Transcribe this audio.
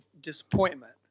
disappointment